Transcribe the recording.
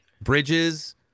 Bridges